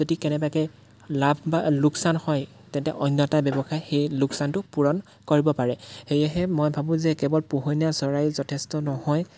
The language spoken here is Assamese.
যদি কেনেবাকৈ লাভ বা লোকচান হয় তেন্তে অন্য এটা ব্যৱসায় সেই লোকচানটো পূৰণ কৰিব পাৰে সেয়েহে মই ভাবোঁ যে কেৱল পোহনীয়া চৰাই যথেষ্ট নহয়